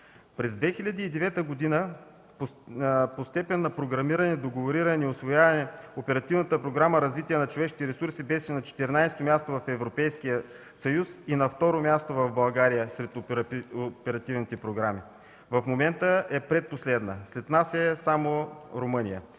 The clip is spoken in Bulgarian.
През 2009 г. по степен на програмиране, договориране и усвояване Оперативната програма „Развитие на човешките ресурси” беше на четиринадесето място в Европейския съюз и на второ място в България сред оперативните програми. В момента е предпоследна, след нас е само Румъния.